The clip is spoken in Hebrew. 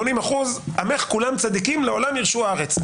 80%, עמך כולם צדיקים לעולם ירשו ארץ.